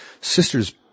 sister's